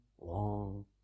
long